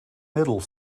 middle